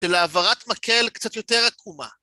שלהעברת מקל קצת יותר עקומה.